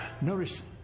notice